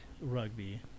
Rugby